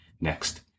next